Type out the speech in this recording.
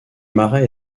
marais